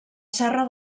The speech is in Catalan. serra